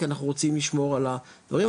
כי אנחנו רוצים לשמור על הדברים,